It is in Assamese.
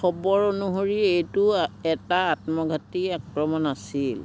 খবৰ অনুসৰি এইটো এটা আত্মঘাতী আক্ৰমণ আছিল